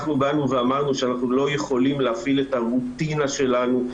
אנחנו באנו ואמרנו שאנחנו לא יכולים להפעיל את הרוטינה שלנו,